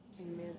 Amen